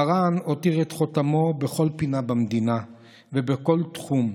מרן הותיר את חותמו בכל פינה במדינה ובכל תחום.